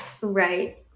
Right